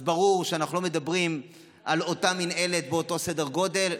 אז ברור שאנחנו לא מדברים על אותה מינהלת באותו סדר גודל,